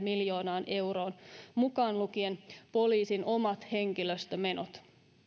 miljoonaan euroon mukaan lukien poliisin omat henkilöstömenot